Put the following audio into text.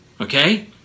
Okay